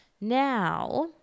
Now